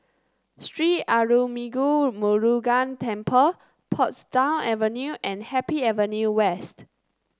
Sri Arulmigu Murugan Temple Portsdown Avenue and Happy Avenue West